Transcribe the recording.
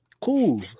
Cool